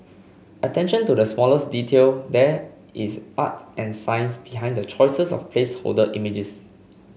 attention to the smallest detail there is art and science behind the choices of placeholder images